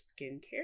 skincare